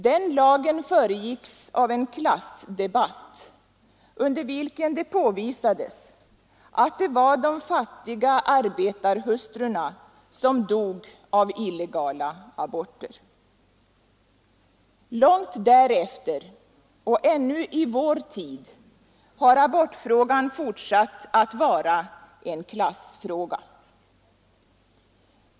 Den lagen föregicks av en klassdebatt under vilken det påvisades att det var de fattiga arbetarhustrurna som dog av illegala aborter. Långt därefter och ända in i vår tid har abortfrågan fortsatt att vara en klassfråga.